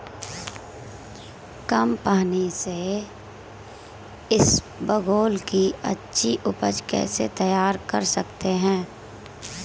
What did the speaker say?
कम पानी से इसबगोल की अच्छी ऊपज कैसे तैयार कर सकते हैं?